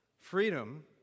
Freedom